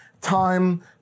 time